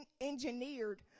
engineered